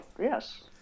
Yes